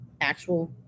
actual